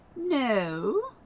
no